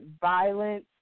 violence